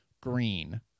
green